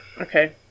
Okay